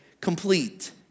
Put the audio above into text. complete